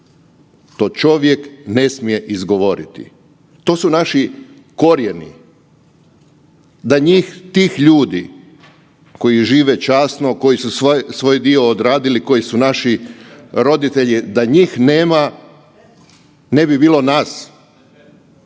to čovjek ne smije izgovoriti. To su naši korijeni, da tih ljudi koji žive časno, koji su svoj dio odradili, koji su naši roditelji da njih nema ne bi bilo nas.